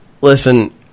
listen